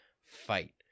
fight